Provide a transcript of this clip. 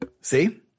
See